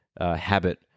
habit